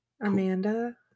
Amanda